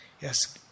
Yes